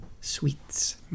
sweets